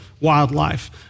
wildlife